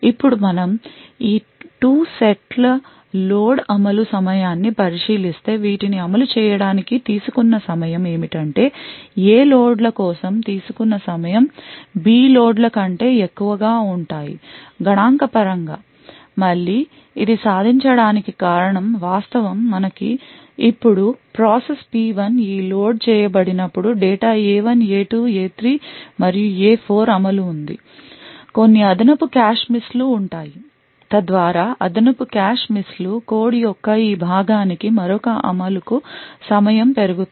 ఇప్పుడు మనం ఈ 2 సెట్ల లోడ్ల అమలు సమయాన్ని పరిశీలిస్తే వీటిని అమలు చేయడానికి తీసుకున్న సమయం ఏమిటంటే A లోడ్లు కోసం తీసుకున్న సమయం బి లోడ్ల కంటే ఎక్కువగా ఉంటాయి గణాంకపరంగా మళ్ళీ ఇది సాధించడాని కి కారణం వాస్తవం మనకు ఇప్పుడు ప్రాసెస్ P1 ఈ లోడ్ చేయబడినప్పుడు డేటా A1 A2 A3 మరియు A4 అమలు ఉంది కొన్ని అదనపు కాష్ మిస్లు ఉంటాయి తద్వారా అదనపు కాష్ మిస్లు కోడ్ యొక్క ఈ భాగానికి మరొక అమలుకు సమయం పెరుగుతుంది